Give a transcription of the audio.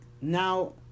now